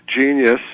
genius